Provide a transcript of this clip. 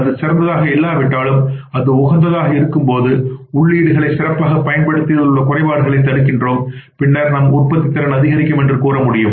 அது சிறந்ததாக இல்லாவிட்டாலும் அது உகந்ததாக இருக்கும்போது உள்ளீடுகளை சிறப்பாகப் பயன்படுத்துவதில் உள்ள குறைபாடுகளை தடுக்கிறோம் பின்னர் நம் உற்பத்தித்திறன் அதிகரிக்கும் என்று கூறமுடியும்